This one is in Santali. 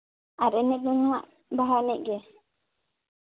ᱟᱨ ᱮᱱᱮᱡ ᱫᱚ ᱦᱟᱸᱜ ᱵᱟᱦᱟ ᱮᱱᱮᱡ ᱜᱮ